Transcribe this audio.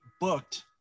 booked